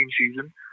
season